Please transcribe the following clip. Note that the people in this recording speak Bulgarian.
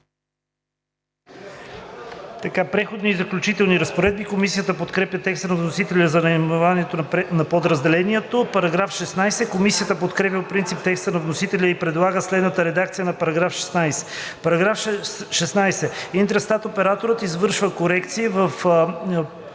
„Преходни и заключителни разпоредби“. Комисията подкрепя текста на вносителя за наименованието на подразделението. Комисията подкрепя по принцип текста на вносителя и предлага следната редакция на § 16: „§ 16. Интрастат операторът извършва корекции в